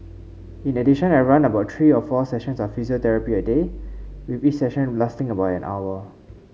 in addition I run about three or four sessions of physiotherapy a day with each session lasting about an hour